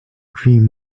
dream